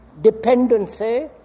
dependency